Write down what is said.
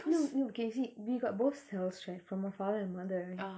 no no K you see we got both cells right from our father and mother right